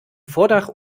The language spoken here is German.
vordach